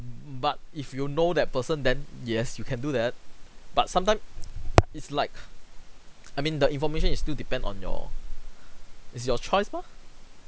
mm but if you know that person then yes you can do that but sometime it's like I mean the information is still depend on your it's your choice mah